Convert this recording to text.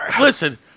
Listen